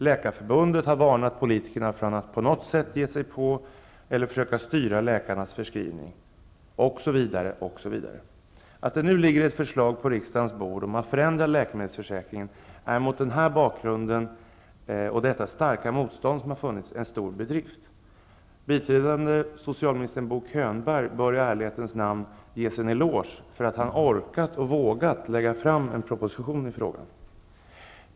Läkarförbundet har varnat politikerna för att på något sätt ge sig på eller försöka styra läkarnas förskrivning osv. Att det nu ligger ett förslag på riksdagens bord om att förändra läkemedelsförsäkringen är mot denna bakgrund och det starka motstånd som funnits en stor bedrift. Biträdande socialminister Bo Könberg bör i ärlighetens namn ges en eloge för att han orkat och vågat lägga fram en proposition i frågan.